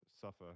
suffer